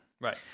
Right